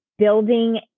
Building